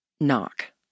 Knock